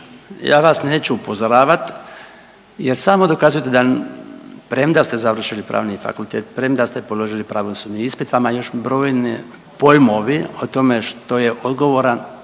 Ja vas neću upozoravati jer samo dokazujete da, premda ste završili pravni fakultet, premda ste položili pravosudni ispit, vama još brojne pojmovi o tome što je odgovoran,